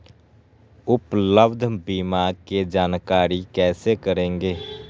उपलब्ध बीमा के जानकारी कैसे करेगे?